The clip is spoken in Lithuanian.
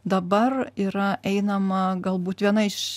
dabar yra einama galbūt viena iš